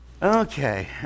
Okay